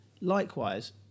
Likewise